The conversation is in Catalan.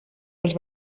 els